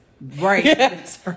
right